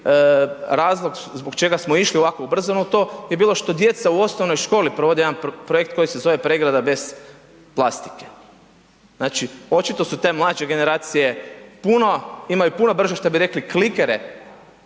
razlog zbog čega smo išli ovako ubrzano u to, je bilo što djeca u osnovnoj školi provode jedan projekt koji se zove Pregrada bez plastike, znači očito su te mlađe generacije puno, imaju puno brže što bi rekli klikere,